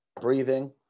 breathing